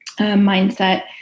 mindset